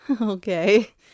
Okay